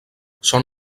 són